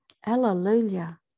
Hallelujah